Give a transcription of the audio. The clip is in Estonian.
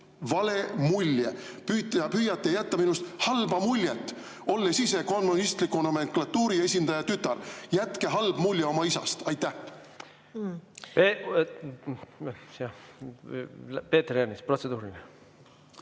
vale mulje. Püüate jätta minust halba muljet, olles ise kommunistliku nomenklatuuri esindaja tütar. Jätke halb mulje oma isast. Oh, jah. Peeter Ernits, protseduuriline.